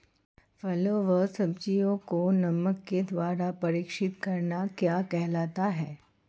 फलों व सब्जियों को नमक के द्वारा परीक्षित करना क्या कहलाता है?